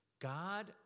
God